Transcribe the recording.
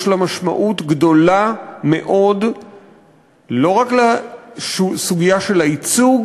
יש לה משמעות גדולה מאוד לא רק לסוגיה של הייצוג